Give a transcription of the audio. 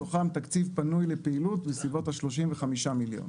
מתוכם תקציב פנוי לפעילות בסביבות ה-35 מיליון.